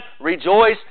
rejoice